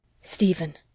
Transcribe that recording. stephen